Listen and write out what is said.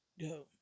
go